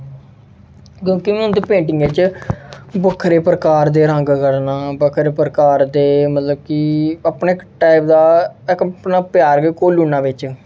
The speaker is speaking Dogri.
क्योंकि में उंदे पेंटिंगें च बक्खरे प्रकार दे रंग करना बक्खरे प्रकार दे मतलब कि अपना इक टाइप दा इक अपना प्यार बी घोलू ना बिच